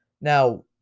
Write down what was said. now